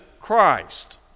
Christ